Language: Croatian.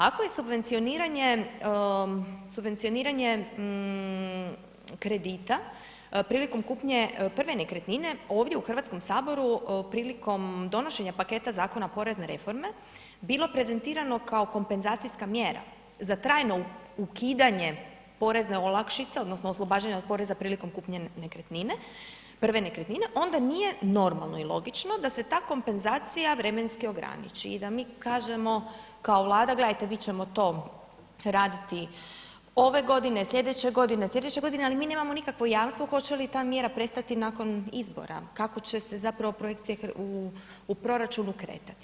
Ako je subvencioniranje kredita prilikom kupnje prve nekretnine ovdje u Hrvatskom saboru prilikom donošenja paketa zakona porezne reforme bilo prezentirano kao kompenzacijska mjera za trajno ukidanje porezne olakšice, odnosno oslobađanje od poreza prilikom kupnje prve nekretnine, onda nije normalno i logično da se ta kompenzacija vremenski ograniči i da mi kažemo kao Vlada, gledajte mi ćemo to raditi ove godine, Sljedeće godine, sljedeće godine, ali mi nemamo nikakvo jamstvo hoće li ta mjera prestati nakon izbora, kako će se zapravo projekcije u proračunu kretati.